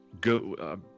Go